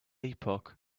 epoch